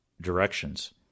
directions